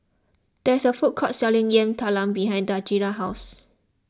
there is a food court selling Yam Talam behind Daijah's house